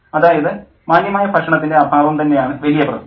അതായത് മാന്യമായ ഭക്ഷണത്തിൻ്റെ അഭാവം തന്നെയാണ് വലിയ പ്രശ്നം